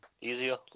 easier